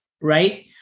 Right